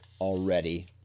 already